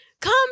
Come